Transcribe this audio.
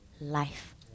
life